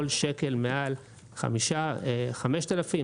כל שקל מעל 5,000,